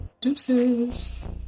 Deuces